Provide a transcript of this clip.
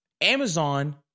Amazon